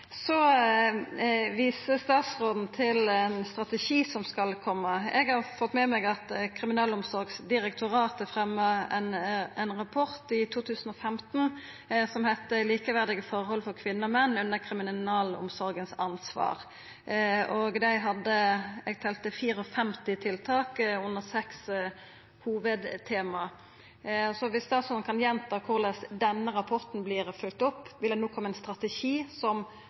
Så viser statsråden til ein strategi som skal koma. Eg har fått med meg at Kriminalomsorgsdirektoratet la fram ein rapport i 2015 som heitte Likeverdige forhold for kvinner og menn under kriminalomsorgens ansvar. Der talde eg 54 tiltak under seks hovudtema. Kan statsråden gjenta korleis denne rapporten blir følgd opp? Vil det no koma ein strategi som